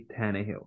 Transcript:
Tannehill